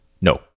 No